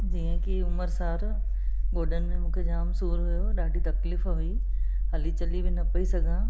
जीअं की उमिरि सार गोॾनि में मूंखे जाम सूर हुओ ॾाढी तक्लीफ़ हुई हली चली बि न पेई सघां